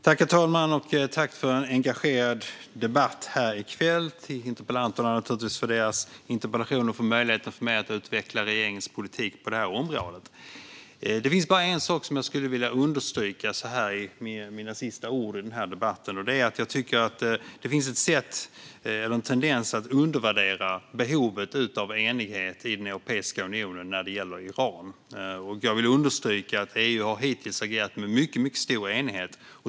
Herr talman! Jag tackar för en engagerad debatt här i kväll, och jag tackar interpellanterna för deras interpellationer och möjligheten för mig att utveckla regeringens politik på detta område. Det finns bara en sak som jag skulle vilja understryka i mina sista ord i denna debatt, och det är att jag tycker att det finns ett sätt eller en tendens att undervärdera behovet av enighet i Europeiska unionen när det gäller Iran. Jag vill understryka att EU hittills har agerat med mycket stor enighet.